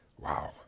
Wow